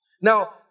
Now